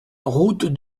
route